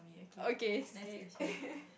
okay skip